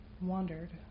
wandered